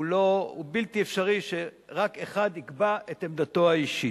בלתי אפשרי שרק אחד יקבע את עמדתו האישית.